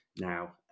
Now